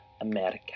America